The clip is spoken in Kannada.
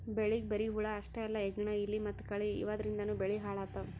ಬೆಳಿಗ್ ಬರಿ ಹುಳ ಅಷ್ಟೇ ಅಲ್ಲ ಹೆಗ್ಗಣ, ಇಲಿ ಮತ್ತ್ ಕಳಿ ಇವದ್ರಿಂದನೂ ಬೆಳಿ ಹಾಳ್ ಆತವ್